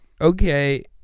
Okay